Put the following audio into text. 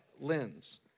lens